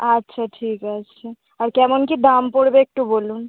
আচ্ছা ঠিক আছে আর কেমন কী দাম পড়বে একটু বলুন